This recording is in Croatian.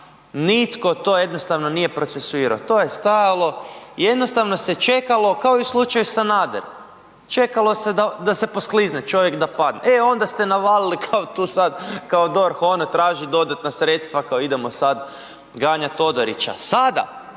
nitko to jednostavno nije procesuirao. To je stajalo i jednostavno se čekalo, kao i u slučaju Sanader, čekalo se da se posklizne čovjek da padne, e onda ste navali kao tu sad kao DORH ono traži dodatna sredstva kao idemo sad ganjati Todorića. Sada